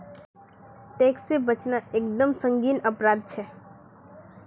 tax से बचना एक दम संगीन अपराध छे